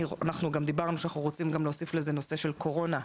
אנחנו גם דיברנו שאנחנו רוצים גם להוסיף לזה נושא של קורונה,